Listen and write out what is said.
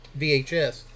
VHS